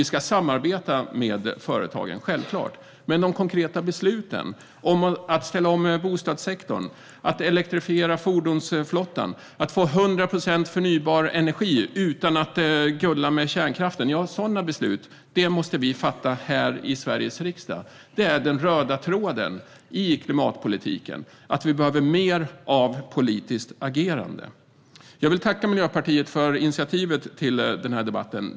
Vi ska samarbeta med företagen, självklart, men de konkreta besluten om att ställa om bostadssektorn, elektrifiera fordonsflottan och få 100 procent förnybar energi utan att gulla med kärnkraften måste vi fatta här i Sveriges riksdag. Det är den röda tråden i klimatpolitiken att vi behöver mer av politiskt agerande. Jag vill tacka Miljöpartiet för initiativet till den här debatten.